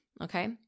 Okay